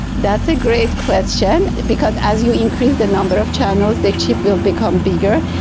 that's a great question because as you increase the number of channels the chip will become bigger.